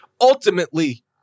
Ultimately